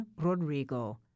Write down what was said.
Rodrigo